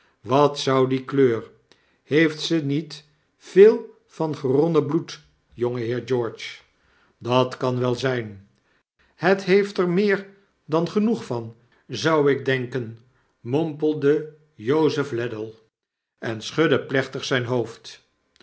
wat zou die kleur heeft ze niet veel van geronnen bloed jongeheer george dat kan wel zijn het heeft er meer dan genoeg van zou ik denken mompelde jozef ladle en schudde plechtig zp hoofd